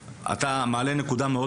אנחנו פה דנים על הנושא של המאמנים.